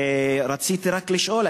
רציתי רק לשאול,